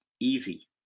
easy